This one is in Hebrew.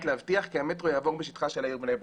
להבטיח כי המטרו יעבור בשטחה של העיר בני ברק".